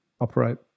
operate